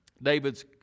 David's